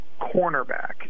cornerback